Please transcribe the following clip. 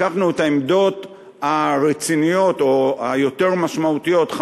לקחנו את העמדות הרציניות או היותר משמעותיות,